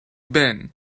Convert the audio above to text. been